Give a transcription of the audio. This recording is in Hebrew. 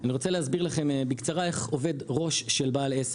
אני רוצה להסביר לכם בקצרה איך עובד ראש של בעל עסק,